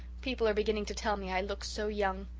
people are beginning to tell me i look so young.